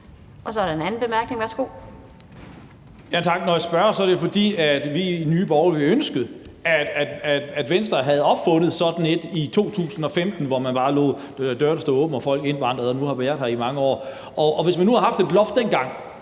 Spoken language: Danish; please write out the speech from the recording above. Så er der en anden bemærkning. Værsgo. Kl. 15:03 Lars Boje Mathiesen (NB): Tak. Når jeg spørger, er det jo, fordi vi i Nye Borgerlige ville ønske, at Venstre havde opfundet sådan en model i 2015, hvor man bare lod dørene stå åbne og folk indvandrede og nu har været her i mange år. Og hvis man nu havde haft et loft dengang,